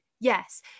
Yes